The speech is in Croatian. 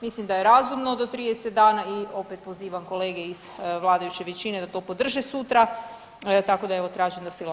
Mislim da je razumno do 30 dana i opet, pozivam kolege iz vladajuće većine da to podrže sutra, tako da evo, tražim da se glasa.